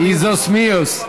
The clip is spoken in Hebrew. איזוס מיאוס.